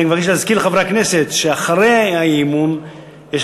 אני מזכיר לחברי הכנסת שאחרי האי-אמון יש